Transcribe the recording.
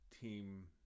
team